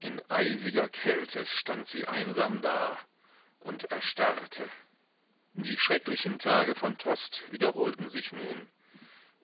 in eisiger kälte stand sie einsam da und erstarrte die schrecklichen tage von tostes wiederholten sich nun